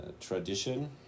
Tradition